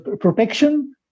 protection